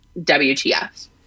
WTF